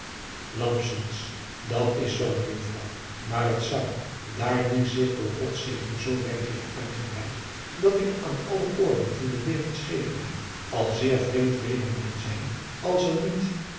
at is zoo ejuffrouw maar het zou daar die zich door ods zegen zoo wijd heeft uitgebreid dat ik aan alle oorden van de wereld schepen heb al zeer vreemd weder moeten zijn als er niet